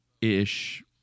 ish